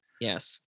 Yes